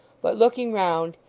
but looking round,